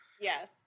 Yes